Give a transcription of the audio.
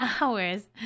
hours